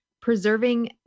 preserving